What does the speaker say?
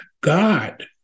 God